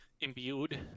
imbued